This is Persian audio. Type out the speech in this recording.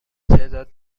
تعداد